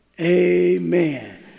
Amen